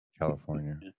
California